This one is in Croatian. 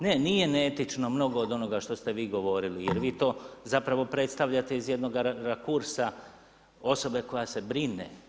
Ne, nije neetično mnogo od onoga što ste vi govorili, jer vi to zapravo predstavljate iz jednoga rakursa osobe koja se brine.